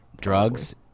Drugs